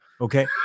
Okay